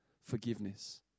forgiveness